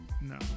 No